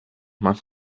más